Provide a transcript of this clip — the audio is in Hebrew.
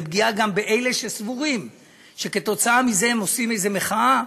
זה פגיעה גם באלה שסבורים שכתוצאה מזה שהם עושים איזו מחאה,